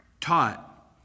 taught